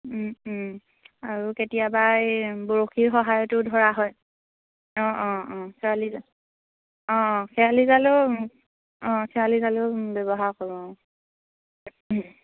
আৰু কেতিয়াবা এই বৰশীৰ সহায়তো ধৰা হয় অঁ অঁ অঁ খেৱালি জাল অঁ অ খেৱালি জালো অঁ খেৱালি জালো ব্যৱহাৰ কৰোঁ অঁ